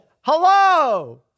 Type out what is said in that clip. Hello